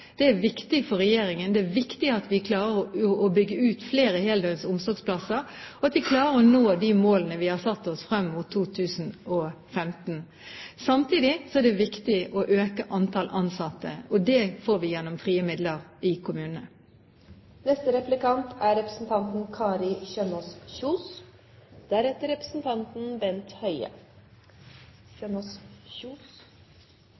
Det er viktig for regjeringen. Det er viktig at vi klarer å bygge ut flere heldøgns omsorgsplasser, og at vi klarer å nå de målene vi har satt oss frem mot 2015. Samtidig er det viktig å øke antall ansatte, og det får vi gjennom frie midler i kommunene.